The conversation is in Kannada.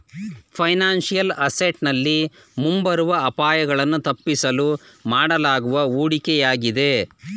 ಫೈನಾನ್ಸಿಯಲ್ ಅಸೆಂಟ್ ನಲ್ಲಿ ಮುಂಬರುವ ಅಪಾಯಗಳನ್ನು ತಪ್ಪಿಸಲು ಮಾಡಲಾಗುವ ಹೂಡಿಕೆಯಾಗಿದೆ